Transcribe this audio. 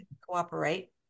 cooperate